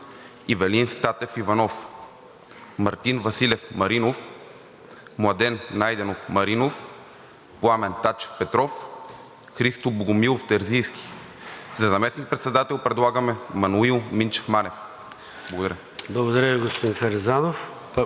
Ивелин Статев Иванов, Марин Василев Маринов, Младен Найденов Маринов, Пламен Тачев Петров, Христо Богомилов Терзийски. За заместник-председател предлагаме Маноил Минчев Манев. Благодаря. ПРЕДСЕДАТЕЛ ЙОРДАН